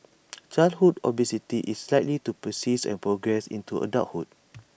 childhood obesity is likely to persist and progress into adulthood